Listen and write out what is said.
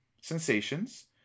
sensations